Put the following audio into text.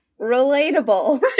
relatable